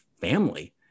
family